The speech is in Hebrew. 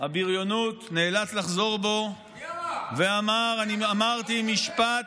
הבריונות הוא נאלץ לחזור בו ואמר: אמרתי משפט,